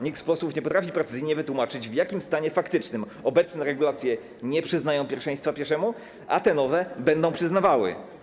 Nikt z posłów nie potrafi precyzyjnie wytłumaczyć, w jakim stanie faktycznym obecne regulacje nie przyznają pierwszeństwa pieszemu, a te nowe będą przyznawały.